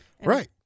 Right